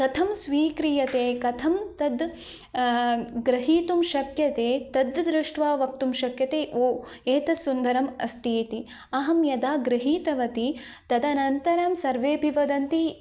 कथं स्वीक्रियते कथं तद् ग्रहीतुं शक्यते तद् दृष्ट्वा वक्तुं शक्यते ओ एतत् सुन्दरम् अस्ति इति अहं यदा गृहीतवती तदनन्तरं सर्वेऽपि वदन्ति